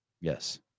Yes